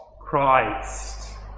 Christ